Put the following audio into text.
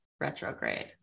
retrograde